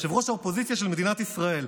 יושב-ראש האופוזיציה של מדינת ישראל,